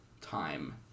time